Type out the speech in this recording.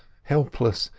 helpless,